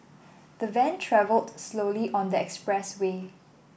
the van travelled slowly on the expressway